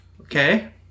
Okay